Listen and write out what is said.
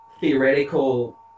theoretical